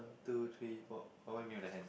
two three four what what you mean on the hands